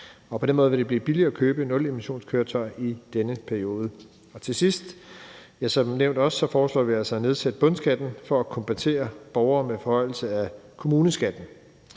på den måde vil det blive billigere at købe et nulemissionskøretøj i denne periode. Til sidst foreslår vi, som det er nævnt, også at nedsætte bundskatten for at kompensere borgere med forhøjelse af kommuneskatten.